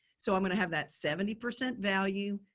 so i'm going to have that seventy percent value.